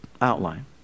outline